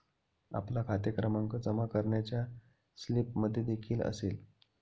आपला खाते क्रमांक जमा करण्याच्या स्लिपमध्येदेखील असेल